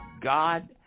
God